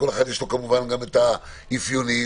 יש אפיונים,